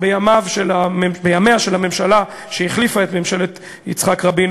בימיה של הממשלה שהחליפה את ממשלת יצחק רבין,